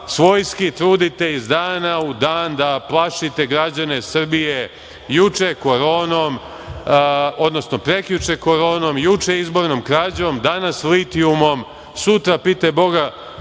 svojski trudite iz dana u dan da plašite građane Srbije. Juče Koronom, prekjuče koronom, juče izbornom krađom, danas litijumom, sutra pitaj boga